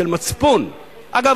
אגב,